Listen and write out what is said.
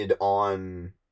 on